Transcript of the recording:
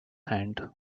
hand